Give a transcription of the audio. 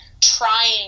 trying